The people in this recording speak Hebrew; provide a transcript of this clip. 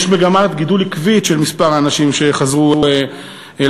יש מגמת גידול עקבית של מספר האנשים שחזרו לארץ.